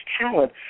talent